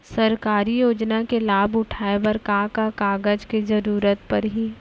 सरकारी योजना के लाभ उठाए बर का का कागज के जरूरत परही